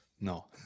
no